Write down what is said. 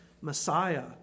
Messiah